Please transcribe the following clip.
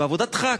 בעבודת דחק.